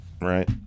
right